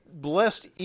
blessed